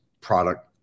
product